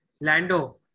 Lando